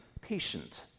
patient